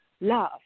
love